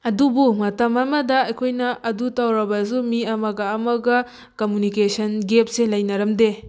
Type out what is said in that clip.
ꯑꯗꯨꯕꯨ ꯃꯇꯝ ꯑꯃꯗ ꯑꯩꯈꯣꯏꯅ ꯑꯗꯨ ꯇꯧꯔꯕꯁꯨ ꯃꯤ ꯑꯃꯒ ꯑꯃꯒ ꯀꯃꯨꯅꯤꯀꯦꯁꯟ ꯒꯦꯞꯁꯦ ꯂꯩꯅꯔꯝꯗꯦ